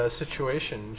situation